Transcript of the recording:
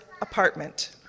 apartment